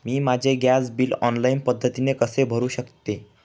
मी माझे gas bill online पद्धतीने कसे भरु शकते?